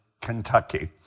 Kentucky